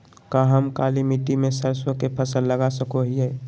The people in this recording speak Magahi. का हम काली मिट्टी में सरसों के फसल लगा सको हीयय?